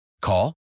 Call